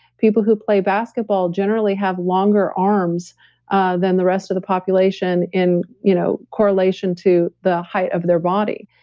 people who play basketball generally have longer arms ah than the rest of the population in you know correlation to the height of their body.